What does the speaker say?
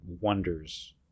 wonders